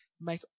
make